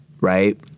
right